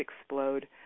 explode